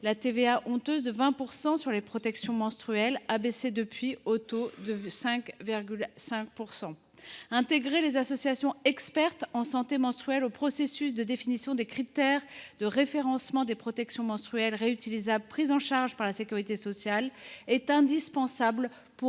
la TVA honteuse à 20 % sur les protections menstruelles, abaissée depuis au taux de 5,5 %. Intégrer les associations expertes en santé menstruelle au processus de définition des critères de référencement des protections menstruelles réutilisables prises en charge par la sécurité sociale est indispensable pour